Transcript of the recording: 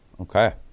okay